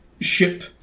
ship